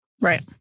Right